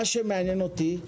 מעניינת אותי השאלה: